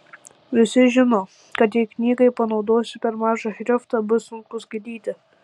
visi žino kad jei knygai panaudosi per mažą šriftą bus sunku skaityti